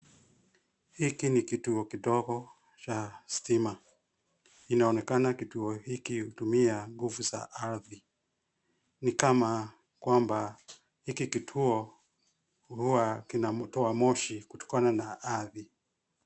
Hiki ni kituo kidogo cha stima. Inaonekana kituo hiki hutumia nguvu za ardhi. Ni kama kwamba hiki kituo huwa kinatoa moshi kutokana na ardhi.